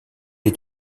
est